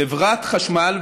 חברת החשמל,